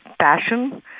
passion